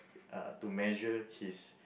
uh to measure his